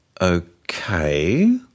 Okay